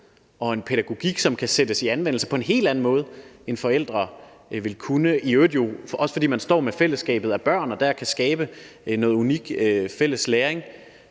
og en pædagogik, som kan sættes i anvendelse på en hel anden måde, end forældre vil kunne. I øvrigt jo også, fordi man står med fællesskabet af børn, og dér kan skabe noget unik fælles læring,